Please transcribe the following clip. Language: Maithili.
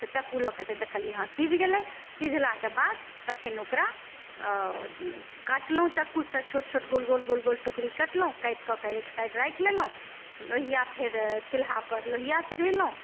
तऽ चक्कू लऽके जे देखलियै हँ सीझ गेलय सीझलाके बाद तखन ओकरा कटलहुँ चक्कूसँ छोट छोट गोल गोल गोल गोल टुकड़ी कटलहुँ काटि कऽके एक साइड राखि लेलहुँ लोहिया फेर चूल्हापर लोहिया चढ़ेलहुँ